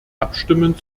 abstimmen